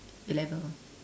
A-level